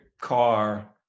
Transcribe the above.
car